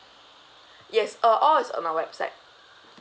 yes uh all is on our website